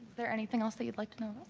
there anything else that you'd like to know?